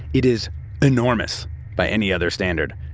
it is enormous by any other standard.